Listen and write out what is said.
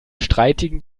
streitigen